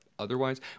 Otherwise